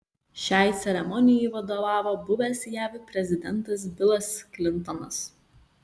šiai ceremonijai vadovavo buvęs jav prezidentas bilas klintonas